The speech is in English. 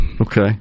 Okay